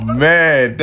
man